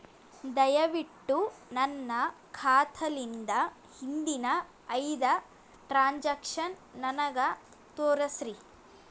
ದಯವಿಟ್ಟು ನನ್ನ ಖಾತಾಲಿಂದ ಹಿಂದಿನ ಐದ ಟ್ರಾಂಜಾಕ್ಷನ್ ನನಗ ತೋರಸ್ರಿ